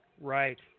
Right